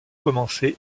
commencé